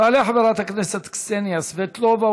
תעלה חברת הכנסת קסניה סבטלובה,